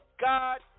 God